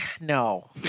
No